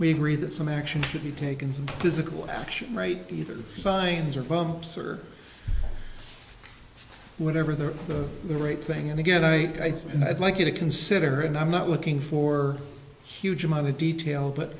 we agree that some action should be taken some physical action right either signs or pumps or whatever they're the right thing and again i and i'd like you to consider and i'm not looking for huge amount of detail but